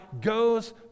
goes